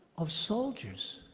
of soldiers.